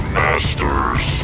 masters